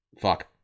fuck